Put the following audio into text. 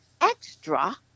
extra